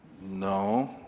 No